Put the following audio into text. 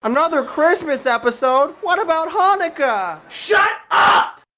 um another christmas episode? what about hanukkah? shut up!